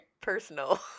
personal